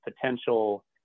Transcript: potential